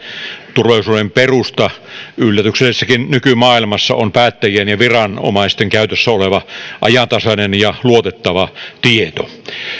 turvallisuuden perusta yllätyksellisessäkin nykymaailmassa on päättäjien ja viranomaisten käytössä oleva ajantasainen ja luotettava tieto